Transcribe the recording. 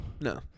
No